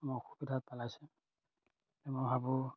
অসুবিধাত পেলাইছে মই ভাবোঁ